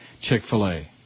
Chick-fil-A